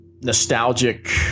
nostalgic